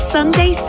Sunday